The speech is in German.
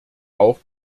auch